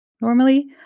normally